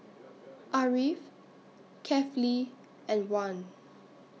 Ariff Kefli and Wan